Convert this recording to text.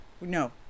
No